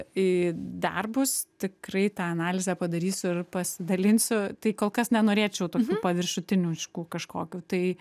į darbus tikrai tą analizę padarysiu ir pasidalinsiu tai kol kas nenorėčiau tokių paviršutiniškų kažkokių tai